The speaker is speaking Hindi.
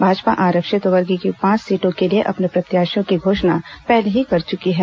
भाजपा आरक्षित वर्ग की पांच सीटों के लिए अपने प्रत्याशियों की घोषणा पहले ही कर चुकी है